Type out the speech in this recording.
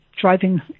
driving